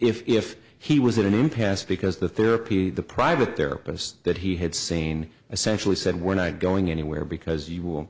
if he was at an impasse because the therapy the private there was that he had seen essentially said we're not going anywhere because you will